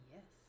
Yes